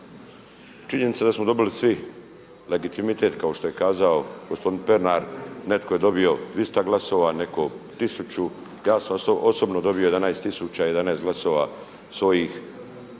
Činjenica da smo dobili svi legitimitet kao što je kazao gospodin Pernar neko je dobio 200 glasova, neko tisuću, ja sam osobno dobio 11 tisuća 11